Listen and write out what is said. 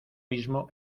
mismo